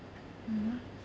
mmhmm